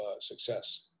success